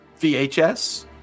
VHS